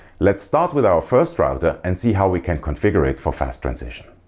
let's start with our first router and see how we can configure it for fast transition